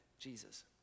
Jesus